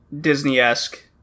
Disney-esque